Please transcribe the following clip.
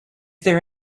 there